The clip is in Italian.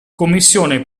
commissione